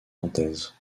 nantaise